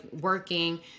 working